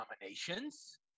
nominations